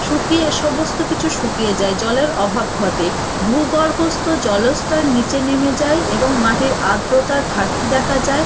শুকিয়ে সমস্ত কিছু শুকিয়ে যায় জলের অভাব ঘটে ভূগর্ভস্থ জলস্তর নিচে নেমে যায় এবং মাটির আর্দ্রতার ঘাটতি দেখা যায়